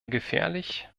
gefährlich